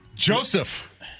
Joseph